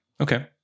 Okay